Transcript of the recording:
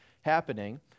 happening